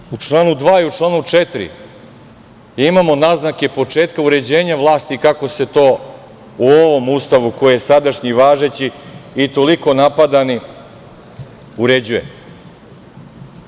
Dalje, u članu 2. i u članu 4. imamo naznake početka uređenja vlasti, kako se to u ovom Ustavu koji je sadašnji i važeći i toliko napadani uređuje.